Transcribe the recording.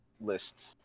lists